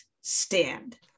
stand